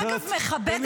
אין לי בעיה גם לעצור את